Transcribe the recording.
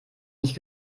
nicht